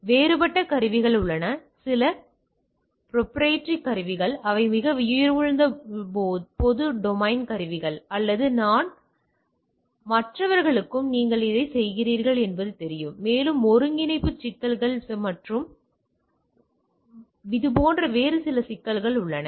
எனவே வேறுபட்ட கருவிகள் உள்ளன சில ப்ரோபிரியேட்டரி கருவிகள் அவை மிகவும் விலையுயர்ந்த பொது டொமைன் கருவிகள் ஆனால் நல்லது ஆனால் மற்றவர்களுக்கும் நீங்கள் இதைச் செய்கிறீர்கள் என்பது தெரியும் மேலும் ஒருங்கிணைப்பு சிக்கல்கள் மற்றும் அது போன்ற சிக்கல்கள் உள்ளன